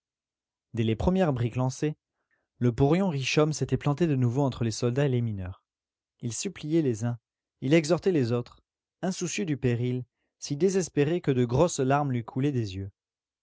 dès les premières briques lancées le porion richomme s'était planté de nouveau entre les soldats et les mineurs il suppliait les uns il exhortait les autres insoucieux du péril si désespéré que de grosses larmes lui coulaient des yeux